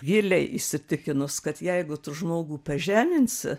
giliai įsitikinus kad jeigu tu žmogų pažeminsi